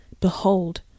Behold